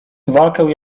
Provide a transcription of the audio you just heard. walkę